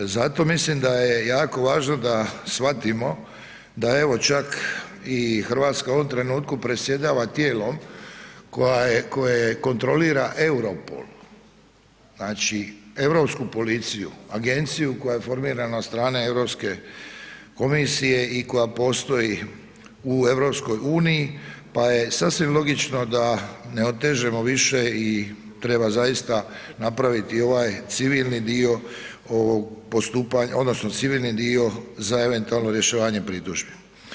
Zato mislim da je jako važno da shvatimo da je evo čak i Hrvatska u ovom trenutku predsjedava tijekom koje kontrolira Europol, znači europsku policiju, agenciju koja je formirana od strane Europske komisije i koja postoji u EU, pa je sasvim logično da ne otežemo više i treba zaista napraviti ovaj civilni dio postupanja odnosno civilni dio za eventualno rješavanje pritužbi.